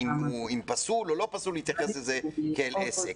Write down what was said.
פסול או לא פסול להתייחס לספורט כאל עסק,